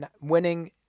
winning